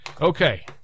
Okay